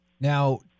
now